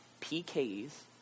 PKs